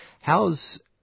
How's